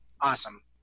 awesome